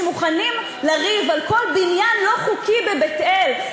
שמוכנים לריב על כל בניין לא חוקי בבית-אל,